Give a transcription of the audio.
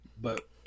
but-